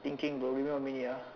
thinking bro give me a minute ah